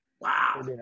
Wow